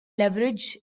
leverage